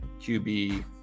QB